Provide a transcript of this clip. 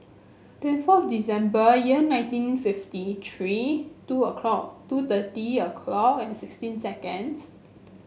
twenty fourth December year nineteen fifty three two o'clock two thirty o'clock and sixteen seconds